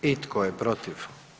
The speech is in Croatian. I tko je protiv?